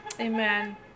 amen